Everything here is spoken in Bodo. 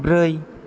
ब्रै